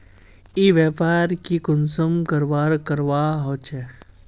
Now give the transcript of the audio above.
ई व्यापार की कुंसम करवार करवा होचे?